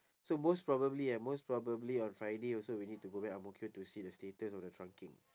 so most probably uh most probably on friday also we need to go back ang mo kio to see the status of the trunking